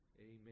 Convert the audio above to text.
Amen